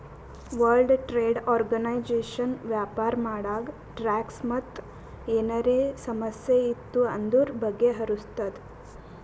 world Trade Organisation ವ್ಯಾಪಾರ ಮಾಡಾಗ tax ಮತ್ ಏನರೇ ಸಮಸ್ಯೆ ಇತ್ತು ಅಂದುರ್ ಬಗೆಹರುಸ್ತುದ್